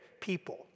people